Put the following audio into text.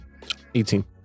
18